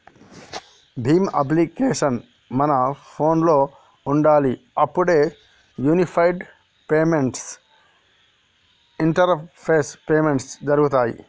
Bhim application మన ఫోనులో ఉండాలి అప్పుడే యూనిఫైడ్ పేమెంట్స్ ఇంటరపేస్ పేమెంట్స్ జరుగుతాయ్